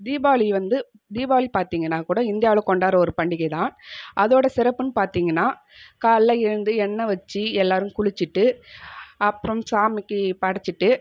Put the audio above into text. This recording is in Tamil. தீபாவளி வந்து தீபாவளி பார்த்திங்கன்னா கூட இந்தியாவில் கொண்டாடுற ஒரு பண்டிகை தான் அதோடய சிறப்புன்னு பார்த்திங்கன்னா காலையில் எழுந்து எண்ணெய் வச்சு எல்லோரும் குளிச்சுட்டு அப்புறம் சாமிக்கி படைச்சுட்டு